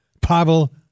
Pavel